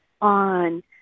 on